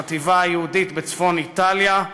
בחטיבה היהודית בצפון-איטליה,